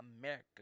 America